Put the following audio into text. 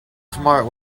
smart